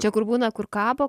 čia kur būna kur kabo